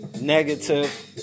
negative